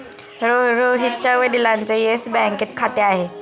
रोहितच्या वडिलांचे येस बँकेत खाते आहे